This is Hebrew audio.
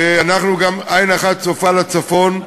וגם עין אחת צופה לצפון,